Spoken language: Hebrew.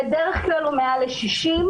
בדרך כלל הוא מעל 60,